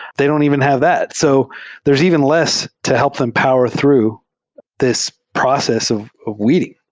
they don't even have that. so there's even less to help empower through this process of weeding.